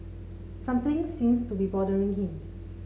something seems to be bothering him